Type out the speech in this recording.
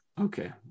Okay